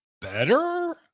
better